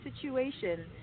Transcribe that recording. situation